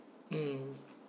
mm